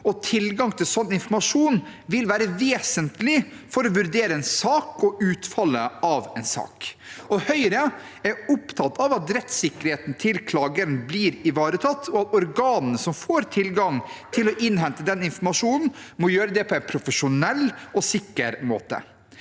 tilgang til slik informasjon vil være vesentlig for å vurdere en sak og utfallet av en sak. Høyre er opptatt av at rettssikkerheten til klageren blir ivaretatt, og at organene som får tilgang til å innhente den informasjonen, må gjøre det på en profesjonell og sikker måte.